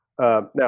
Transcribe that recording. Now